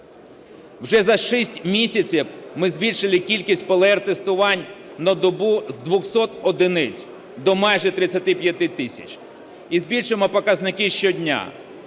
Вже за 6 місяців ми збільшили кількість ПЛР-тестувань на добу з 200 одиниць до майже 35 тисяч, і збільшуємо показники щодня.